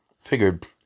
figured